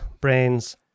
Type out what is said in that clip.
brains